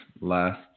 last